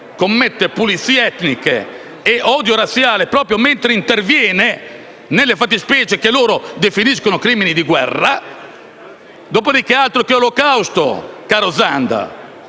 commette pulizie etniche e odio razziale proprio mentre interviene nelle fattispecie che loro definiscono crimini di guerra. Dopo di che, altro che Olocausto, caro Zanda!